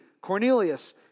Cornelius